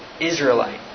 Israelite